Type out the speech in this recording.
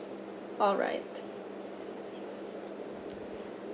alright